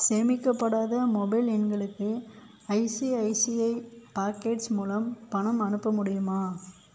சேமிக்கப்படாத mobile எண்களுக்கு ICICI pockets மூலம் பணம் அனுப்ப முடியுமா